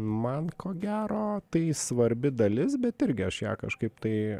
man ko gero tai svarbi dalis bet irgi aš ją kažkaip tai